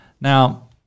Now